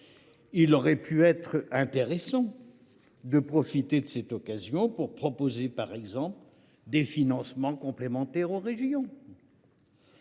Il aurait pu être intéressant de profiter de cette occasion pour proposer des financements complémentaires aux régions.